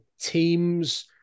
teams